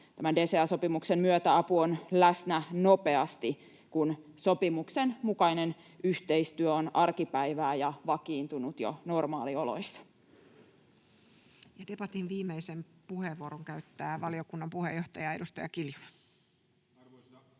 Tämän DCA-sopimuksen myötä apu on läsnä nopeasti, kun sopimuksen mukainen yhteistyö on arkipäivää ja vakiintunut jo normaalioloissa. Ja debatin viimeisen puheenvuoron käyttää valiokunnan puheenjohtaja, edustaja Kiljunen. Arvoisa